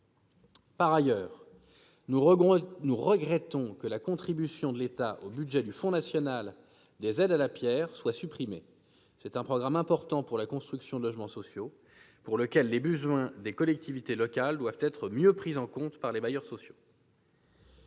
Par ailleurs, nous regrettons que la contribution de l'État au budget du Fonds national des aides à la pierre soit supprimée. C'est un programme important pour la construction de logements sociaux pour lequel les besoins des collectivités locales doivent être mieux pris en compte par les bailleurs sociaux.